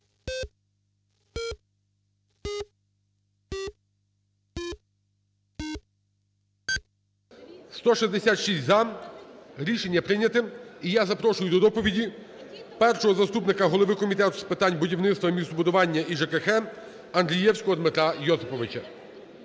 166 – за. Рішення прийняте. І я запрошую до доповіді першого заступника голови Комітету з питань будівництва, містобудування і ЖКГ Андрієвського Дмитра Йосиповича.